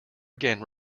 again